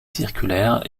circulaire